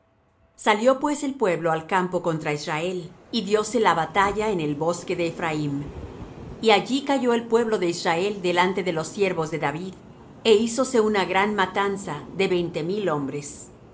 salió pues el pueblo al campo contra israel y dióse la batalla en el bosque de ephraim y allí cayó el pueblo de israel delante de los siervos de david é hízose una gran matanza de veinte mil hombres